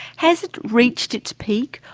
has it reached its peak,